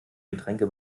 getränke